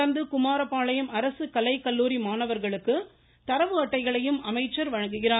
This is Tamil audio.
தொடர்ந்து குமாரபாளையம் அரசு கலை கல்லூரி மாணவர்களுக்கு தரவு அட்டைகளையும் அமைச்சர் வழங்குகிறார்